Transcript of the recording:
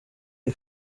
iyi